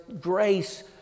grace